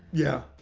yeah.